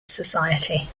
society